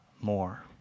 more